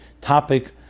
topic